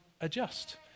adjust